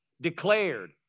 declared